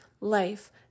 life